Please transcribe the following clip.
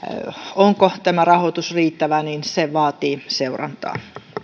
onko tämä rahoitus riittävä vaatii seurantaa